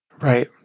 Right